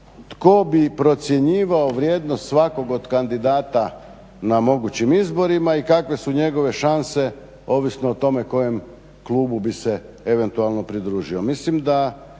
tko bi procjenjivao vrijednost svakog od kandidata na mogućim izborima i kakve su njegove šanse ovisno o tome kojem klubu bi se eventualno pridružio. Mislim da